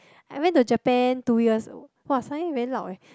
I went to Japan two years ago [wah] suddenly very loud eh